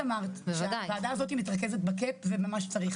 את אמרת שהוועדה הזאת מתרכזת בקאפ ובמה שצריך,